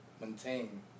maintain